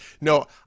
No